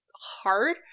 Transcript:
hard